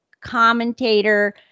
commentator